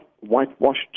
whitewashed